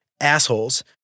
assholes